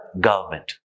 government